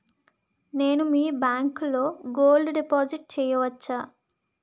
నేను మీ బ్యాంకులో గోల్డ్ డిపాజిట్ చేయవచ్చా?